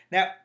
Now